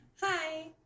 Hi